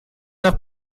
nach